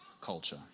culture